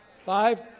five